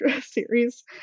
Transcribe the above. series